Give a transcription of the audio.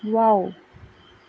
wow